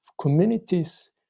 communities